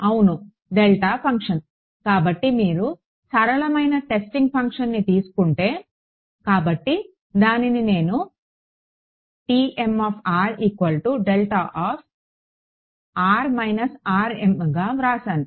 అవును delta function కాబట్టి మీరు సరళమైన టెస్టింగ్ ఫంక్షన్ని తీసుకుంటే కాబట్టి దానిని నేను గా వ్రాసాను